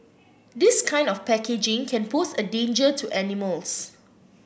this kind of packaging can pose a danger to animals